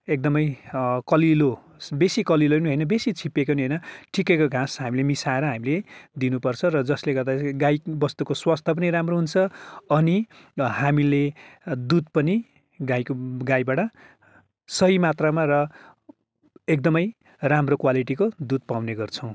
एकदमै कलिलो बेसी कलिलो पनि होइन बेसी छिपिएको पनि होइन ठिकैको घाँस हामीले मिसाएर हामीले दिनुपर्छ र जसले गर्दा चाहिँ गाई बस्तुको स्वास्थ्य पनि राम्रो हुन्छ अनि हामीले दुध पनि गाईको गाईबाट सहि मात्रामा र एकदमै राम्रो क्वालिटीको दुध पाउने गर्छौँ